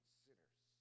sinners